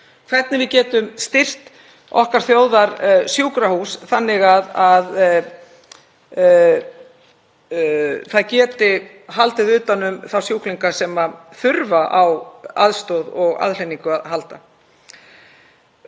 hvernig við getum styrkt okkar þjóðarsjúkrahús þannig að það geti haldið utan um þá sjúklinga sem þurfa á aðstoð og aðhlynningu að halda.